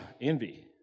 envy